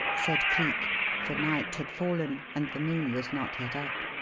said cleek for night had fallen and the moon was not yet up.